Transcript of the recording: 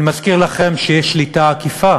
אני מזכיר לכם שיש שליטה עקיפה